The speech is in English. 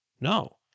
No